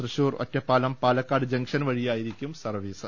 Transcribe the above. Thrissur Ottapalam Palakkad junction വഴിയാരിക്കും service